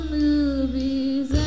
movies